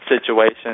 situation